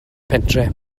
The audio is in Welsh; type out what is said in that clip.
pentre